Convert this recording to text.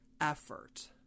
effort